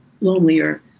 lonelier